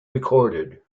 recorded